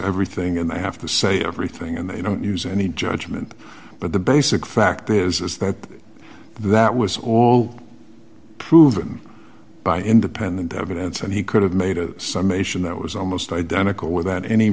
everything and i have to say everything and i don't use any judgment but the basic fact is is that that was all proven by independent evidence and he could have made a summation that was almost identical without any